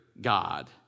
God